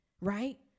right